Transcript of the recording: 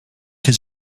his